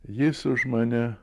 jis už mane